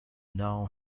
now